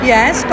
Yes